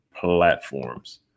platforms